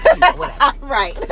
right